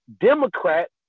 Democrat